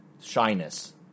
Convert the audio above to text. shyness